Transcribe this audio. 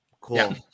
Cool